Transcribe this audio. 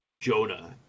Jonah